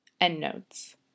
Endnotes